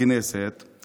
הכנסת הזאת,